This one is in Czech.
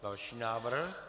Další návrh.